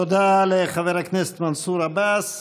תודה לחבר הכנסת מנסור עבאס.